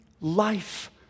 life